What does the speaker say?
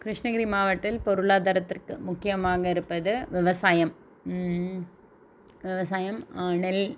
கிருஷ்ணகிரி மாவட்த்டில் பொருளாதாரத்திற்கு முக்கியமாக இருப்பது விவசாயம் விவசாயம் நெல்